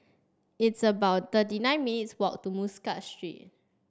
it's about thirty nine minutes' walk to Muscat Street